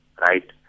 Right